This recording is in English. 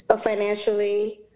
Financially